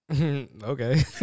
Okay